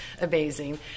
amazing